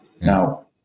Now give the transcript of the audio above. Now